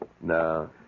No